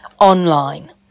online